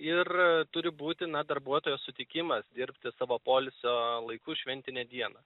ir turi būti na darbuotojo sutikimas dirbti savo poilsio laiku šventinę dieną